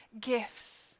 gifts